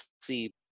see